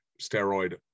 steroid